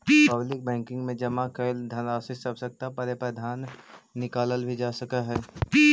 public banking में जमा कैल धनराशि से आवश्यकता पड़े पर धन निकालल भी जा सकऽ हइ